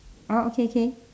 orh okay okay